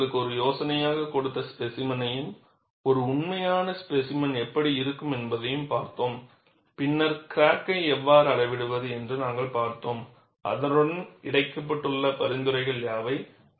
நான் உங்களுக்கு ஒரு யோசனையாக கொடுத்த ஸ்பேசிமென்யையும் ஒரு உண்மையான ஸ்பேசிமென் எப்படி இருக்கும் என்பதையும் பார்த்தோம் பின்னர் கிராக்கை எவ்வாறு அளவிடுவது என்று நாங்கள் பார்த்தோம் அதனுடன் இணைக்கப்பட்டுள்ள பரிந்துரைகள் யாவை